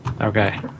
Okay